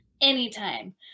Anytime